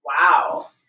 Wow